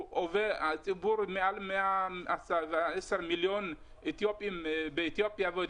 ציבור מעל 110 מיליון אתיופים באתיופיה ועוד